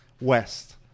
West